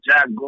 Jack